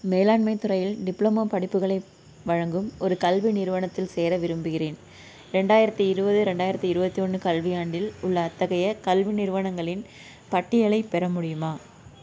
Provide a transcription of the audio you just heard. மேலாண்மைத் துறையில் டிப்ளமா படிப்புகளை வழங்கும் ஒரு கல்வி நிறுவனத்தில் சேர விரும்புகிறேன் ரெண்டாயிரத்தி இருபது ரெண்டாயிரத்தி இருபத்தி ஒன்று கல்வியாண்டில் உள்ள அத்தகைய கல்வி நிறுவனங்களின் பட்டியலைப் பெற முடியுமா